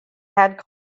had